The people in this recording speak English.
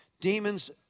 demons